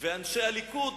ואנשי הליכוד